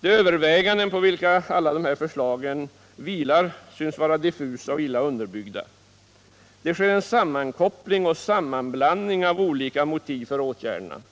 De överväganden på vilka alla dessa förslag vilar synes vara diffusa och illa underbyggda. Det sker en sammankoppling och sammanblandning av olika motiv för åtgärderna.